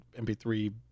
MP3